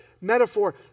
metaphor